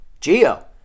Geo